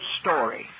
story